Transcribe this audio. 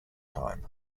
time